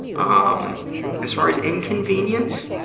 um as far as inconvenience,